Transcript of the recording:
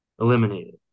Eliminated